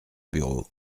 bureau